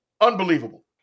unbelievable